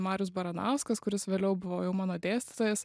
marius baranauskas kuris vėliau buvo jau mano dėstytojas